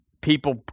People